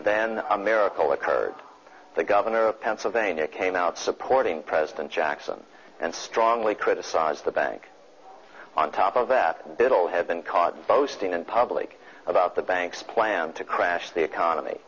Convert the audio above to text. then a miracle occurred the governor of pennsylvania came out supporting president jackson and strongly criticized the bank on top of that it all had been caught boasting in public about the bank's plan to crash the economy